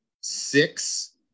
six